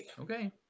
Okay